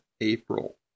April